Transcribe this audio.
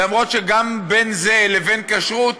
אף שבין זה לבין כשרות